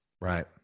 right